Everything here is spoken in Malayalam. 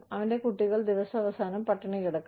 അവന്റെ കുട്ടികൾ ദിവസാവസാനം പട്ടിണി കിടക്കാം